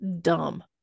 dumb